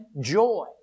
joy